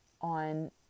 on